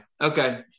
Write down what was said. Okay